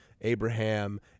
Abraham